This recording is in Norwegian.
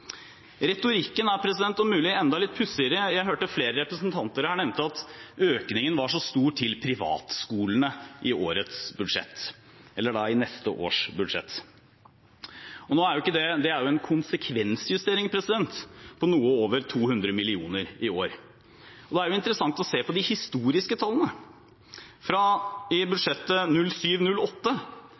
Retorikken er om mulig enda litt pussigere. Jeg hørte flere representanter her nevne at økningen var så stor til privatskolene i neste års budsjett, men det er en konsekvensjustering på noe over 200 mill. kr i år. Og det er jo interessant å se på de historiske tallene: I budsjettet